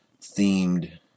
themed